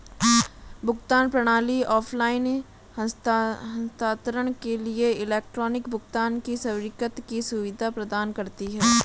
भुगतान प्रणाली ऑफ़लाइन हस्तांतरण के लिए इलेक्ट्रॉनिक भुगतान की स्वीकृति की सुविधा प्रदान करती है